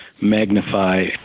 magnify